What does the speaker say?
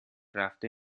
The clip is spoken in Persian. رفته